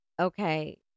okay